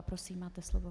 Prosím, máte slovo.